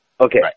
Okay